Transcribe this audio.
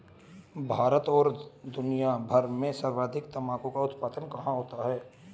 भारत और दुनिया भर में सर्वाधिक तंबाकू का उत्पादन कहां होता है?